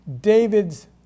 david's